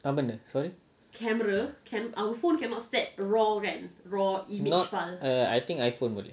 apa benda sorry not err I think iphone boleh